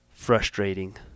frustrating